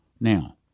Now